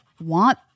want